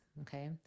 okay